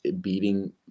beating